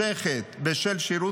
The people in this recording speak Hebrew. שחזרו משירות